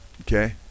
Okay